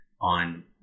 on